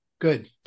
good